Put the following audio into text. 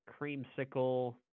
creamsicle